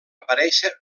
aparèixer